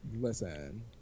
listen